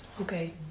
Okay